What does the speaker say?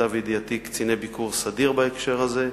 למיטב ידיעתי, קציני ביקור סדיר בהקשר הזה,